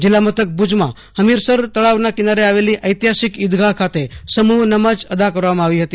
જીલ્લા મથક ભુજમાં હમીરસર તળાવ કિનારે આવેલી ઐતિહાસિક દરગાહ ખાતે સમુહ નમાજ અદા કરવામાં આવી હતી